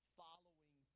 following